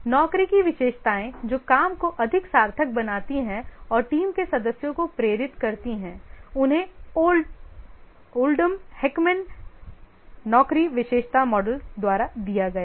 नौकरी की विशेषताएं जो काम को अधिक सार्थक बनाती हैं और टीम के सदस्यों को प्रेरित करती हैं उन्हें ओल्डम हैकमैन नौकरी विशेषता मॉडल द्वारा दिया गया है